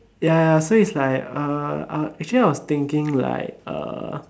ya ya so it's like uh actually I was thinking like uh